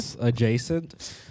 adjacent